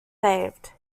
saved